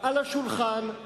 על השולחן,